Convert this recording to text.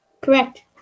Correct